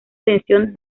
tensión